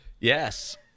Yes